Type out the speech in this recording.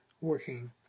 working